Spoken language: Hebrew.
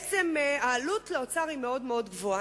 הטיעונים של האוצר הם שהעלות לאוצר מאוד מאוד גבוהה.